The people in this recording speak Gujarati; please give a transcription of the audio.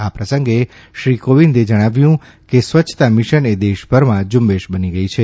આ પ્રસંગે શ્રી કોવિન્દે જણાવ્યું કે સ્વચ્છતા મિશન એ દેશભરમાં ઝુંબેશ બની ગઇ છે